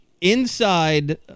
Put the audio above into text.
inside